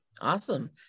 awesome